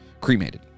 cremated